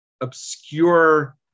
obscure